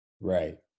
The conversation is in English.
Right